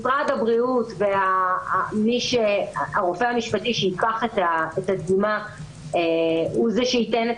משרד הבריאות והרופא המשפטי שייקח את הדגימה הוא זה שייתן את